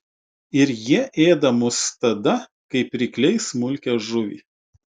ir jie ėda mus tada kaip rykliai smulkią žuvį